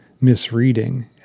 misreading